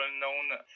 well-known